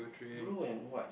blue and white